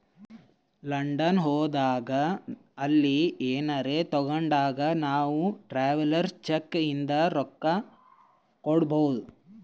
London ಹೋದಾಗ ಅಲ್ಲಿ ಏನರೆ ತಾಗೊಂಡಾಗ್ ನಾವ್ ಟ್ರಾವೆಲರ್ಸ್ ಚೆಕ್ ಇಂದ ರೊಕ್ಕಾ ಕೊಡ್ಬೋದ್